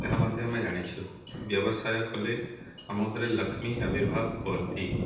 ଏହା ମଧ୍ୟ ଆମେ ଜାଣିଛୁ ବ୍ୟବସାୟ କଲେ ଆମ ଘରେ ଲକ୍ଷ୍ମୀ ଆବିର୍ଭାବ ହୁଅନ୍ତି